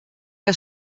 que